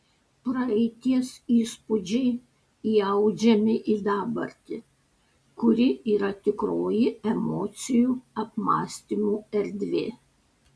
praeities įspūdžiai įaudžiami į dabartį kuri yra tikroji emocijų apmąstymų erdvė